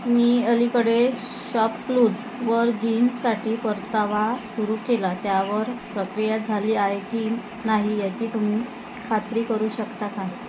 मी अलीकडे शॉपक्लूजवर जीन्ससाठी परतावा सुरू केला त्यावर प्रक्रिया झाली आहे की नाही याची तुम्ही खात्री करू शकता का